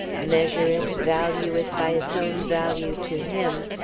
measure it, value it by its own value to him,